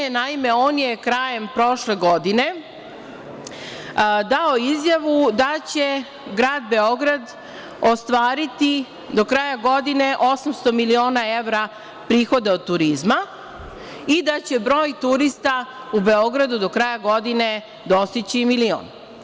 Naime, on je krajem prošle godine dao izjavu da će Grad Beograd ostvariti do kraja godine 800 miliona evra prihoda od turizma i da će broj turista u Beogradu do kraja godine dostići milion.